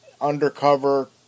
undercover